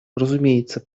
разумеется